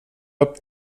upp